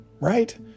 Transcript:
Right